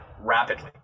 rapidly